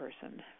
person